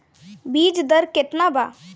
बीज दर केतना बा?